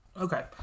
Okay